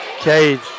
cage